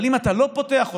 אבל אם אתה לא פותח אותם,